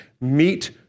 meet